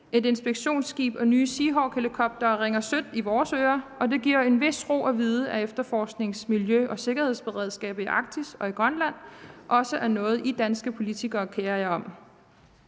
Et inspektionsskib og nye Seahawkhelikoptere ringer sødt i vores ører, og det giver en vis ro at vide, at eftersøgnings-, miljø- og sikkerhedsberedskabet i Arktis og i Grønland også er noget, de danske politikere kerer sig om.